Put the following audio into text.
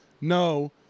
No